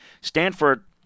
Stanford